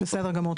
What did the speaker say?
בסדר גמור.